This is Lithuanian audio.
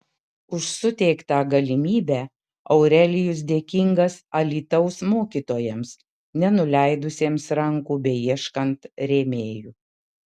už suteiktą galimybę aurelijus dėkingas alytaus mokytojams nenuleidusiems rankų beieškant rėmėjų